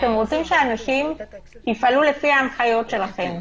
אתם רוצים שאנשים יפעלו לפי ההנחיות שלכם.